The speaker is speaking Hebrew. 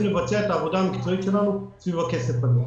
לבצע את העבודה המקצועית שלנו סביב הכסף הזה.